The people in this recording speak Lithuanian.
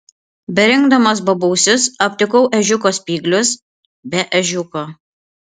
berinkdamas bobausius aptikau ežiuko spyglius be ežiuko